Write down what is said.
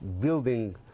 building